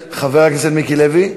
חבר הכנסת מיקי לוי.